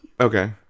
Okay